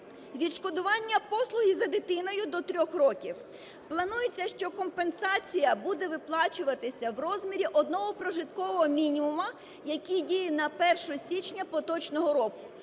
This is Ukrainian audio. Відшкодування послуги за дитиною до 3 років. Планується, що компенсація буде виплачуватися в розмірі одного прожиткового мінімуму, який діє на 1 січня поточного року,